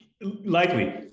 Likely